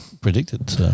predicted